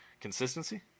Consistency